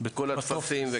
בכל הטפסים.